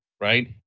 right